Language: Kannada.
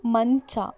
ಮಂಚ